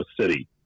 city